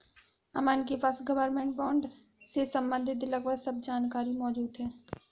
अमन के पास government bond से सम्बंधित लगभग सब जानकारी मौजूद है